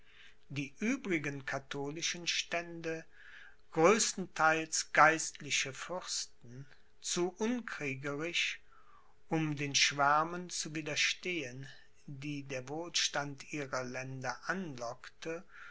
die übrigen katholischen stände größtenteils geistliche fürsten zu unkriegerisch um den schwärmen zu widerstehen die der wohlstand ihrer länder anlockte